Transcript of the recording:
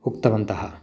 उक्तवन्तः